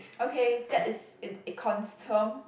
okay that is in econs term